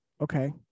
Okay